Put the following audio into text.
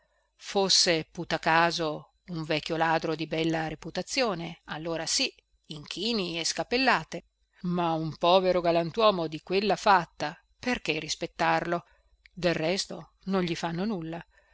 fosse putacaso un vecchio ladro di bella reputazione allora sì inchini e scappellate ma un povero galantuomo di quella fatta perché rispettarlo del resto non gli fanno nulla